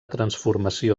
transformació